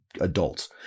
adults